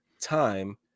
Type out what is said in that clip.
time